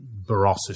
Barossa